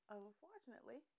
unfortunately